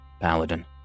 Paladin